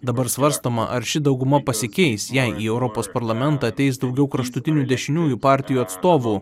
dabar svarstoma ar ši dauguma pasikeis jei į europos parlamentą ateis daugiau kraštutinių dešiniųjų partijų atstovų